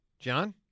John